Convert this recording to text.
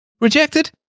Rejected